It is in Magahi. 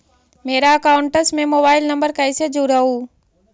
मेरा अकाउंटस में मोबाईल नम्बर कैसे जुड़उ?